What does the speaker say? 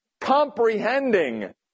comprehending